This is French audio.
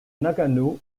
nagano